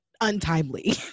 Untimely